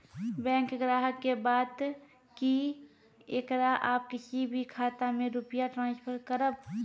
Bank ग्राहक के बात की येकरा आप किसी भी खाता मे रुपिया ट्रांसफर करबऽ?